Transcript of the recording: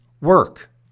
work